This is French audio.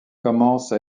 commence